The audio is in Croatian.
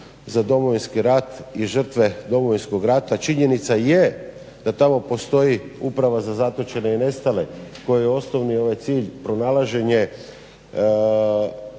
za Domovinski rat i žrtve Domovinskog rata. Činjenica je da tamo postoji Uprava za zatočene i nestale kojoj je osnovni cilj pronalaženje